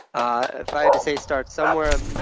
ah if i had to say start somewhere,